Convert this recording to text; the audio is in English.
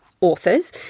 authors